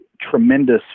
tremendous